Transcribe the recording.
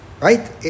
Right